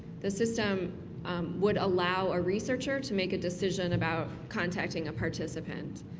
the system would allow a researcher to make a decision about contacting a participant.